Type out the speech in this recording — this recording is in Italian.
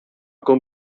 con